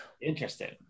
interesting